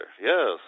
yes